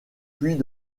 puits